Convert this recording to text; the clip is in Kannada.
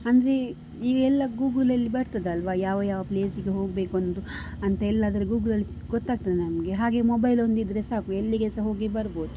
ಅಂದರೆ ಈಗೆಲ್ಲ ಗೂಗಲಲ್ಲಿ ಬರ್ತದಲ್ವಾ ಯಾವ ಯಾವ ಪ್ಲೇಸಿಗೆ ಹೋಗಬೇಕು ಅನ್ನೋದು ಅಂತೆಲ್ಲ ಅದರ ಗೂಗಲಲ್ಲಿ ಸಿ ಗೊತ್ತಾಗ್ತದೆ ನಮಗೆ ಹಾಗೆ ಮೊಬೈಲ್ ಒಂದಿದ್ರೆ ಸಾಕು ಎಲ್ಲಿಗೆ ಸಹ ಹೋಗಿ ಬರಬಹುದು